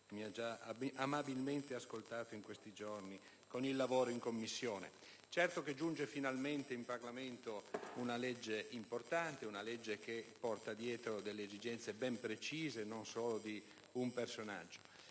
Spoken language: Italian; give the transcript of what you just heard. mi ha già amabilmente ascoltato in questi giorni durante il lavoro in Commissione. Certo che giunge finalmente in Parlamento una legge importante, che attiene a delle esigenze ben precise, non solo di un personaggio.